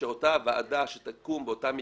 שאותה ועדה שתקום באותם מקרים,